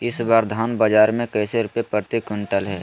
इस बार धान बाजार मे कैसे रुपए प्रति क्विंटल है?